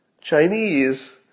Chinese